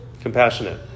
Compassionate